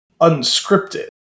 unscripted